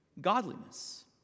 godliness